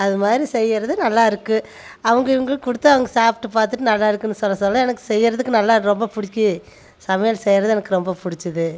அது மாதிரி செய்கிறது நல்லாருக்கு அவங்க இவங்களுக்கு கொடுத்தா அவங்க சாப்பிட்டு பார்த்துட்டு நல்லா இருக்குதுன்னு சொல்ல சொல்ல எனக்கு செய்கிறதுக்கு நல்லா ரொம்ப பிடிக்கும் சமையல் செய்கிறது எனக்கு ரொம்ப பிடிச்சிது